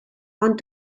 ond